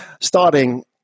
starting